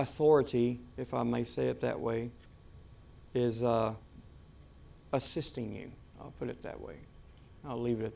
authority if i may say it that way is assisting you put it that way i'll leave it